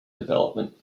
development